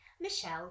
Michelle